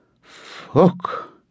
Fuck